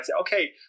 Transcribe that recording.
okay